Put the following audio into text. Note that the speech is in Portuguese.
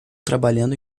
trabalhando